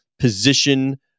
position